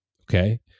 Okay